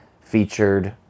featured